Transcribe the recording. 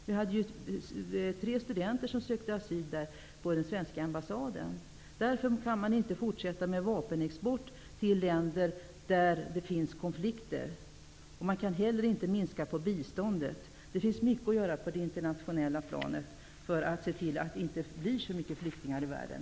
Vi hade tre studenter som sökte asyl på den svenska ambassaden. Därför kan man inte fortsätta med vapenexport till länder där det finns konflikter, och man kan inte heller minska biståndet. Det finns mycket att göra på det internationella planet för att se till att det inte blir så mycket flyktingar i världen.